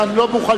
כאן לא בוכהלטריה.